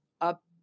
up